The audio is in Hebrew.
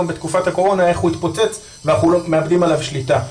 בתקופת הקורונה איך הוא התפוצץ ואנחנו מאבדים עליו שליטה.